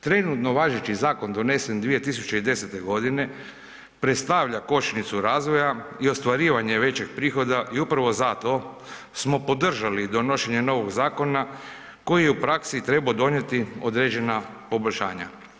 Trenutno važeći zakon donesen 2010. g. predstavlja kočnicu razvoja i ostvarivanje većeg prihoda i upravo zato smo podržali donošenje novog zakona koji je u praksi trebao donijeti određena poboljšanja.